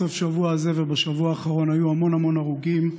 בסוף השבוע הזה ובשבוע אחרון היו המון המון הרוגים,